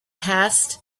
passed